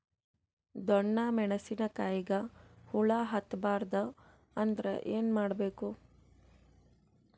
ಡೊಣ್ಣ ಮೆಣಸಿನ ಕಾಯಿಗ ಹುಳ ಹತ್ತ ಬಾರದು ಅಂದರ ಏನ ಮಾಡಬೇಕು?